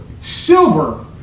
silver